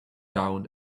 down